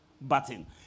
button